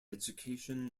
education